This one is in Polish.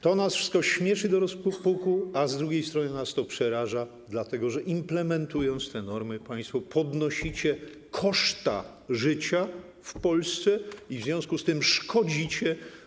To wszystko śmieszy nas do rozpuku, a z drugiej strony nas to przeraża, dlatego że implementując te normy, państwo podnosicie koszta życia w Polsce i w związku z tym szkodzicie.